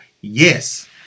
yes